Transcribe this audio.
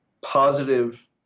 positive